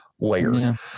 layer